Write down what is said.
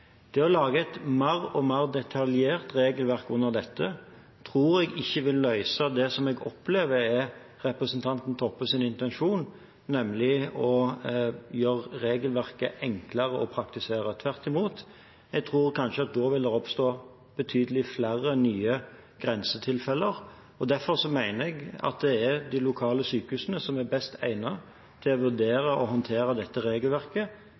Det å lage et mer og mer detaljert regelverk under dette tror jeg ikke vil løse det som jeg opplever er representanten Toppes intensjon, nemlig å gjøre regelverket enklere å praktisere. Tvert imot tror jeg det da ville oppstå betydelig flere nye grensetilfeller. Derfor mener jeg at det er de lokal sykehusene som er best egnet til å vurdere og håndtere dette regelverket,